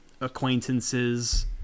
acquaintances